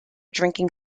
drinking